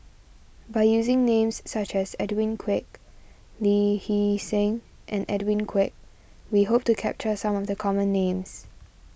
by using names such as Edwin Koek Lee Hee Seng and Edwin Koek we hope to capture some of the common names